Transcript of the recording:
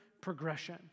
progression